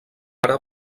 ara